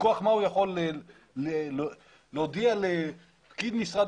מכוח מה הוא יכול להודיע לפקיד משרד